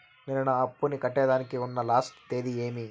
నేను నా అప్పుని కట్టేదానికి ఉన్న లాస్ట్ తేది ఏమి?